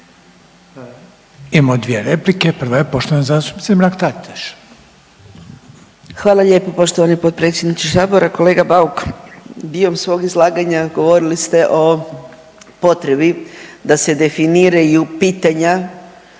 Imamo dvije replike. Prva je poštovana zastupnica Mrak Taritaš. **Mrak-Taritaš, Anka (GLAS)** Hvala lijepo poštovani potpredsjedniče Sabora. Kolega Bauk dio svog izlaganja govorili ste o potrebi da se definiraju pitanja